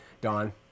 Don